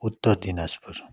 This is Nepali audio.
उत्तर दिनाजपुर